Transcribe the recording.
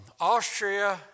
Austria